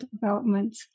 development